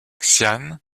xian